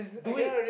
do it